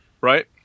right